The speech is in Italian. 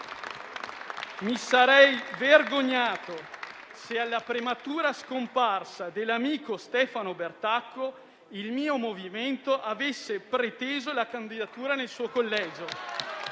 Mi sarei vergognato se alla prematura scomparsa dell'amico Stefano Bertacco il mio movimento avesse preteso la candidatura nel suo collegio.